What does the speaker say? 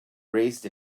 raised